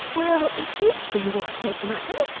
well! it is for your sake, mother.